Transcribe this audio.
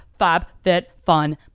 fabfitfun